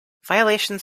violations